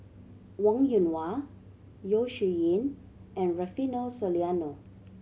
Wong Yoon Wah Yeo Shih Yun and Rufino Soliano